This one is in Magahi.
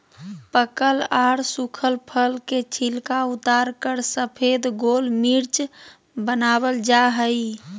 पकल आर सुखल फल के छिलका उतारकर सफेद गोल मिर्च वनावल जा हई